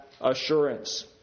assurance